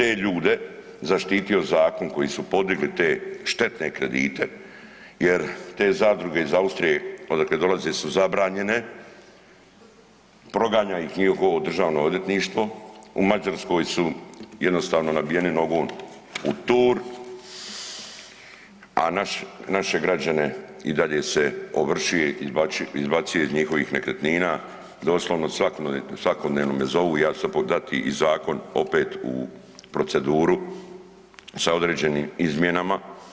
Ako je te ljude zaštitio zakon koji su podigli te štetne kredite jer te zadruge iz Austrije odakle dolaze su zabranjene, proganja ih njihovo državno odvjetništvo, u Mađarskoj su jednostavno nabijeni nogom u tur, a naše građane i dalje se ovršuje i izbacuje iz njihovih nekretnina, doslovno svakodnevno me zovu i ja ću sada dati i zakon opet u proceduru sa određenim izmjenama.